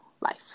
life